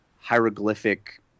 hieroglyphic